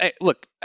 look